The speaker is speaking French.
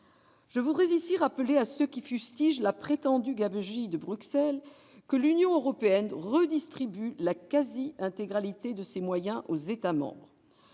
Je voudrais ici rappeler à ceux qui fustigent la prétendue « gabegie de Bruxelles » que l'Union européenne redistribue la quasi-intégralité de ses moyens aux États membres